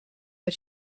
but